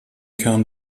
kern